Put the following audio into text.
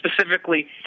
specifically